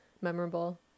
memorable